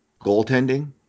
goaltending